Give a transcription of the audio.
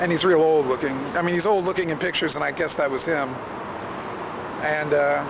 and israel's looking i mean he's old looking in pictures and i guess that was him and